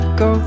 go